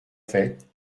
faites